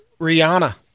Rihanna